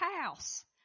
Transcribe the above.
house